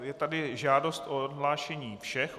Je tady žádost o odhlášení všech.